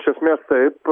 iš esmės taip